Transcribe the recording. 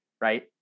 right